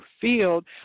field